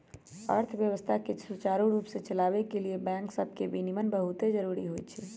अर्थव्यवस्था के सुचारू रूप से चलाबे के लिए बैंक सभके विनियमन बहुते जरूरी होइ छइ